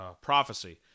prophecy